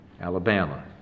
Alabama